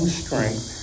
strength